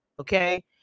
okay